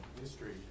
history